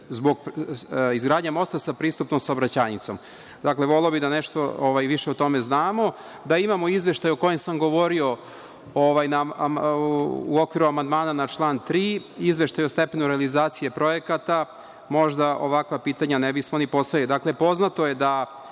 izgradnja mosta sa pristupnom saobraćajnicom. Voleo bih da nešto više o tome znamo, da imamo izveštaj o kojem sam govorio u okviru amandman na član 3, izveštaj o stepenu realizacije projekata, možda ovakva pitanja ne bismo ni postavljali. Dakle, poznato je da